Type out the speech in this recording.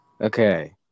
Okay